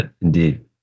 Indeed